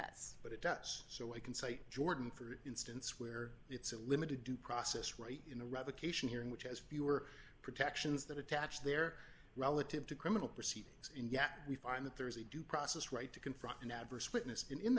deaths but it does so i can cite jordan for instance where it's a limited due process right in the revocation hearing which has fewer protections that attach their relative to criminal proceedings and yet we find that there is a due process right to confront an adverse witness in